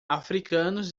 africanos